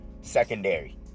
secondary